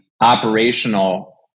operational